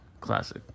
classic